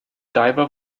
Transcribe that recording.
diver